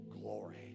Glory